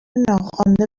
ناخوانده